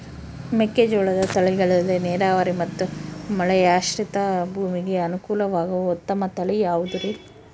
ಮೆಕ್ಕೆಜೋಳದ ತಳಿಗಳಲ್ಲಿ ನೇರಾವರಿ ಮತ್ತು ಮಳೆಯಾಶ್ರಿತ ಭೂಮಿಗೆ ಅನುಕೂಲವಾಗುವ ಉತ್ತಮ ತಳಿ ಯಾವುದುರಿ?